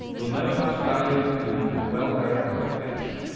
will know how to value and commend her well-directed affection,